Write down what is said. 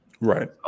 Right